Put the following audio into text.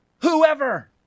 whoever